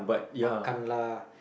makan lah